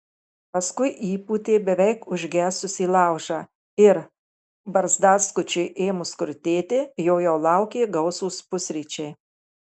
paskui įpūtė beveik užgesusį laužą ir barzdaskučiui ėmus krutėti jo jau laukė gausūs pusryčiai